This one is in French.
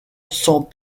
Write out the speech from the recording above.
sans